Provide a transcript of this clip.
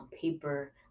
paper